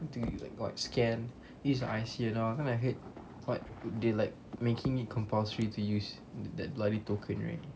I think you like got scanned use your I_C and all that time I heard quite they like making it compulsory to use that bloody token